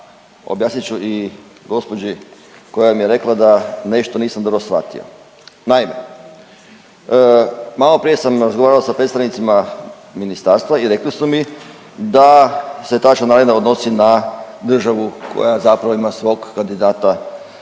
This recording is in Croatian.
objasnit ću i gospođi koja mi je rekla da nešto nisam dobro shvatio. Naime, malo prije sam razgovarao sa predstavnicima ministarstva i rekli su mi da se ta članarina odnosi na državu koja zapravo ima svog kandidata